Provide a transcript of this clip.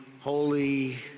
holy